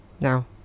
now